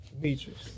Beatrice